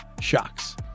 shocks